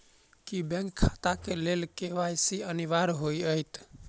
की bank खाता केँ लेल के.वाई.सी अनिवार्य होइ हएत?